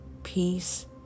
peace